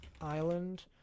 island